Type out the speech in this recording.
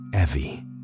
Evie